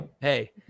Hey